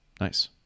Nice